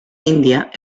índia